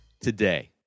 today